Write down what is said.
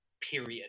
period